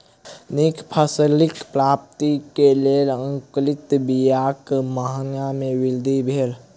नीक फसिलक प्राप्ति के लेल अंकुरित बीयाक मांग में वृद्धि भेल